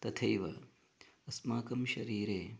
तथैव अस्माकं शरीरे